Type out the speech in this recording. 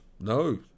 No